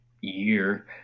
year